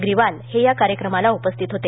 ग्रिवाल हे या कार्यक्रमाला उपस्थित होते